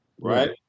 right